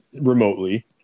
remotely